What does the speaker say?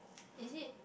is it